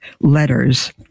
letters